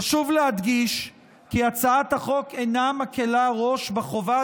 חשוב להדגיש כי הצעת החוק אינה מקילה ראש בחובה